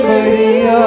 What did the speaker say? Maria